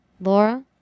Laura